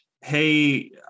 Hey